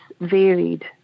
varied